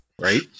Right